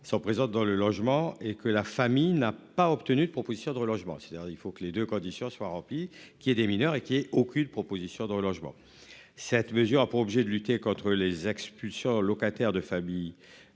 sont présentes dans le logement et que la famille n'a pas obtenu de propositions de relogement, c'est-à-dire il faut que les 2 conditions soient remplies qu'il y ait des mineurs et qu'il y ait aucune proposition de relogement. Cette mesure a pour objet de lutter contre les expulsions, locataire de familles.